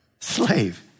slave